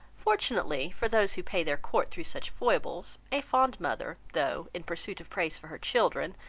fortunately for those who pay their court through such foibles, a fond mother, though, in pursuit of praise for her children,